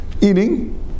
eating